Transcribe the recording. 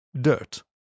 dirt